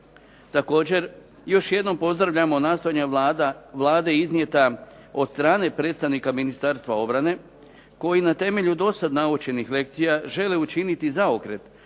Također, još jednom pozdravljamo nastojanje Vlade iznijeta od strane predstavnika Ministarstva obrane koji na temelju dosad naučenih lekcija žele učiniti zaokret u